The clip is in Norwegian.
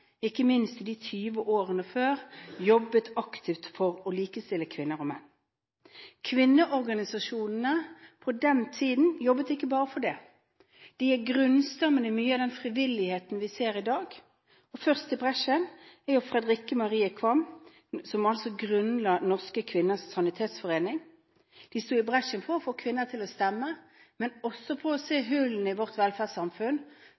ikke minst i løpet av de 20 årene før – for å likestille kvinner og menn. Kvinneorganisasjonene på den tiden jobbet ikke bare for det. De er grunnstammen i mye av den frivilligheten vi ser i dag, og først i bresjen gikk Fredrikke Marie Qvam, som grunnla Norske Kvinners Sanitetsforening. De gikk i bresjen for å få kvinner til å stemme, men også